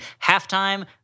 halftime